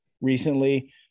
recently